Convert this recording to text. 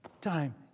time